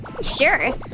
Sure